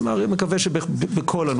אני מקווה שבכל הנושאים.